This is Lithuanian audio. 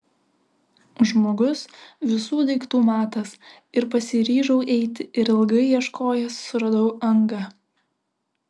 žmogus visų daiktų matas ir pasiryžau eiti ir ilgai ieškojęs suradau angą